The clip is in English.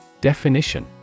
Definition